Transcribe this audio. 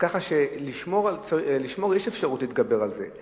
ככה שלשמור, יש אפשרות להתגבר על זה.